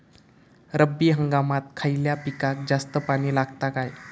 रब्बी हंगामात खयल्या पिकाक जास्त पाणी लागता काय?